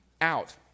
out